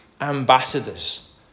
ambassadors